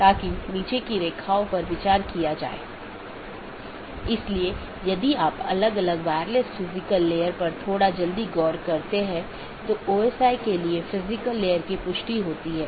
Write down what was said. इसका मतलब है कि BGP का एक लक्ष्य पारगमन ट्रैफिक की मात्रा को कम करना है जिसका अर्थ है कि यह न तो AS उत्पन्न कर रहा है और न ही AS में समाप्त हो रहा है लेकिन यह इस AS के क्षेत्र से गुजर रहा है